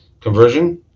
conversion